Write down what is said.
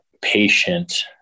patient